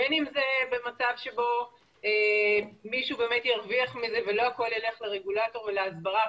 בין אם זה מצב שבו מישהו ירוויח מזה ולא הכול ילך לרגולטור ולהסברה,